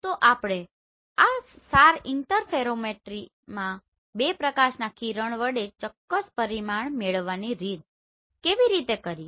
તો આપણે આ SAR ઇંટરફેરોમેટ્રીinterferometryબે પ્રકાશ ના કિરણ વડે વધુ ચોક્કસ પરીણામ મેળવવા ની રીત કેવી રીતે કરીએ